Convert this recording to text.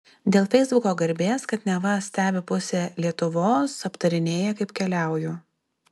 dėl feisbuko garbės kad neva stebi pusė lietuvos aptarinėja kaip keliauju